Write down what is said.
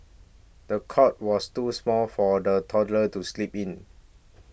the cot was too small for the toddler to sleep in